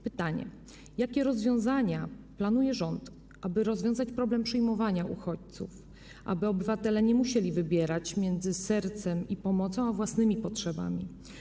Pytanie: Jakie rozwiązania planuje rząd, aby rozwiązać problem przyjmowania uchodźców, aby obywatele nie musieli wybierać między sercem i pomocą a własnymi potrzebami?